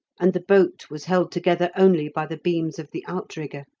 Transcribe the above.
and the boat was held together only by the beams of the outrigger.